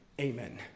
amen